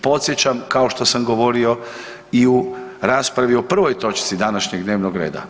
Podsjećam kao što sam govorio i u raspravi o prvoj točci današnjeg dnevnog reda.